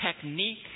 technique